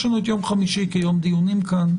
יש לנו את יום חמישי כיום דיונים כאן,